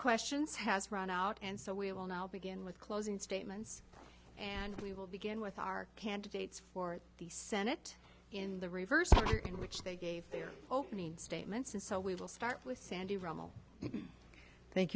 questions has run out and so we will now begin with closing statements and we will begin with our candidates for the senate in the reverse in which they gave their opening statements and so we will start with sandy